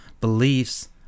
beliefs